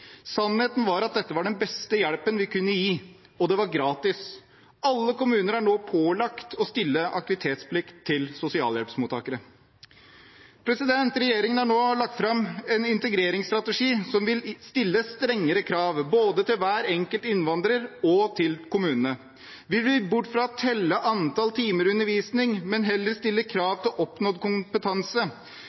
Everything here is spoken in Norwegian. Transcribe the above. Sannheten er at dette var den beste hjelpen vi kunne gi, og det var gratis. Alle kommuner er nå pålagt å stille aktivitetsplikt til sosialhjelpsmottakere. Regjeringen har nå lagt fram en integreringsstrategi som vil stille strengere krav både til hver enkelt innvandrer og til kommunene. Vi vil bort fra å telle antall timer undervisning og heller stille krav til oppnådd kompetanse.